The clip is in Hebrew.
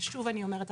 ושוב אני אומרת,